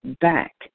back